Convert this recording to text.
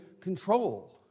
control